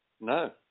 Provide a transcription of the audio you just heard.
No